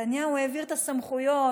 נתניהו העביר את הסמכויות,